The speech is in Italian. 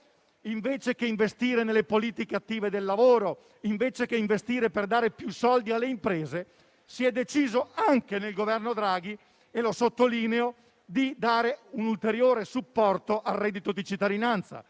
Invece di investire nelle politiche attive del lavoro e per dare più soldi alle imprese, dunque, si è deciso anche nel Governo Draghi - lo sottolineo - di dare un ulteriore supporto al reddito di cittadinanza.